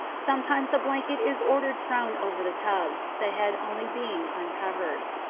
sometimes a blanket is ordered thrown over the tub, the head only being uncovered.